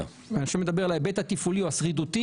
שכאשר אתה מדבר על ההיבט התפעולי או השרידותי,